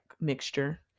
mixture